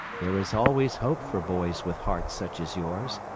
there is always hope for boys with hearts such as yours,